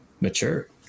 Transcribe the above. mature